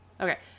Okay